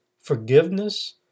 Forgiveness